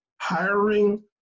hiring